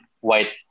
white